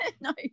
No